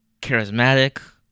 charismatic